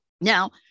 Now